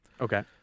okay